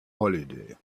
holiday